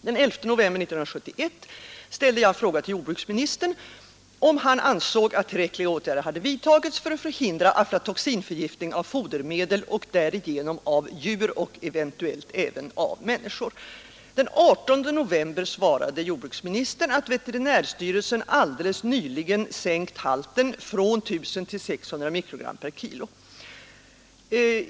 Den 11 november 1971 ställde jag en fråga till jordbruksministern, om han ansåg att tillräckliga åtgärder hade vidtagits för att förhindra aflatoxinförgiftning av fodermedel och därigenom av djur och eventuellt även människor. Den 18 november svarade jordbruksministern att veterinärstyrelsen alldeles nyligen sänkt halten från 1 000 till 600 mikrogram per kilogram.